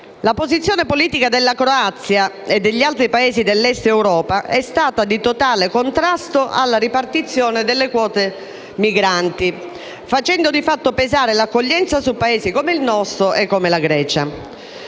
la posizione politica della Croazia e degli altri Paesi dell'Est Europa è stata di totale contrasto alla ripartizione delle quote migranti, facendo di fatto pesare l'accoglienza su Paesi come il nostro e la Grecia.